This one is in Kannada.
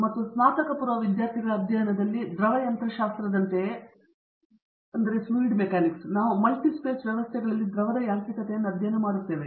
ಮತ್ತು ಸ್ನಾತಕಪೂರ್ವ ವಿದ್ಯಾರ್ಥಿಗಳ ಅಧ್ಯಯನದಲ್ಲಿ ದ್ರವ ಯಂತ್ರಶಾಸ್ತ್ರದಂತೆಯೇ ನಾವು ಮಲ್ಟಿಹೇಸ್ ವ್ಯವಸ್ಥೆಗಳಲ್ಲಿ ದ್ರವದ ಯಾಂತ್ರಿಕತೆಯನ್ನು ಅಧ್ಯಯನ ಮಾಡುತ್ತೇವೆ